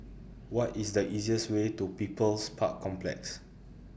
What IS The easiest Way to People's Park Complex